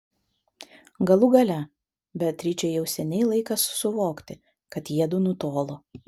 galų gale beatričei jau seniai laikas suvokti kad jiedu nutolo